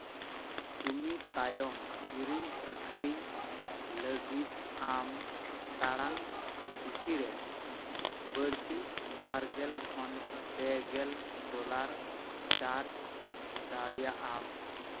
ᱩᱱᱤ ᱛᱟᱭᱚᱢ ᱠᱤᱨᱤᱧ ᱟᱹᱠᱷᱨᱤᱧ ᱞᱟᱹᱜᱤᱫ ᱟᱢ ᱴᱟᱲᱟᱝ ᱯᱤᱪᱷᱤ ᱨᱮ ᱵᱟᱹᱲᱛᱤ ᱵᱟᱨ ᱜᱮᱞ ᱠᱷᱚᱱ ᱯᱮ ᱜᱮᱞ ᱰᱚᱞᱟᱨ ᱪᱟᱨᱡᱽ ᱫᱟᱲᱮᱭᱟᱜᱼᱟᱢ